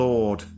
Lord